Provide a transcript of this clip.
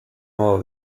nuova